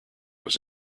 was